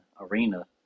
arena